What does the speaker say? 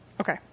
Okay